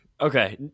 Okay